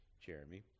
Jeremy